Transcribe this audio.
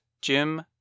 jim